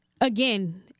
again